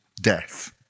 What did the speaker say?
death